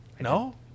No